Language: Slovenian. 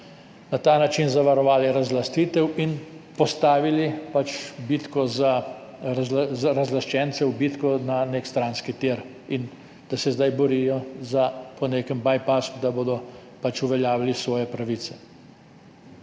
na ta način zavarovali razlastitev in postavili bitko razlaščencev na nek stranski tir in da se zdaj borijo za po nekem bypassu, da bodo pač uveljavili svoje pravice.